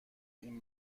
این